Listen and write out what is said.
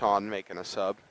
top making a sub